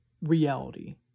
reality